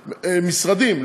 משרדים,